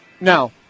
Now